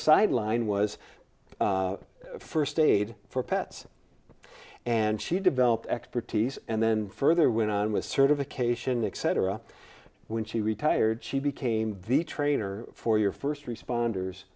sideline was first aid for pets and she developed expertise and then further went on with certification except her up when she retired she became the trainer for your first responders